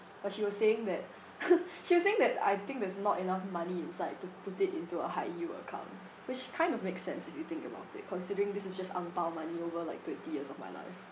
but she was saying that she was saying that I think there's not enough money inside to put it into a high yield account which kind of makes sense if you think about it considering this is just angpao money over like twenty years of my life